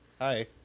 hi